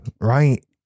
right